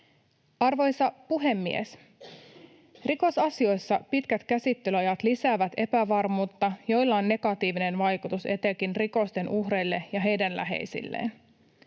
Arvoisa puhemies! Rikosasioissa pitkät käsittelyajat lisäävät epävarmuutta, jolla on negatiivinen vaikutus etenkin rikosten uhreille ja heidän läheisilleen.